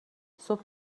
صبح